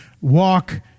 walk